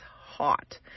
hot